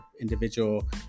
individual